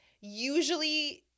usually